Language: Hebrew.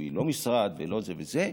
שהיא לא משרד ולא זה וזה.